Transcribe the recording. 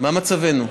מה מצבנו?